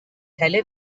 teile